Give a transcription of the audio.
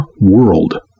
world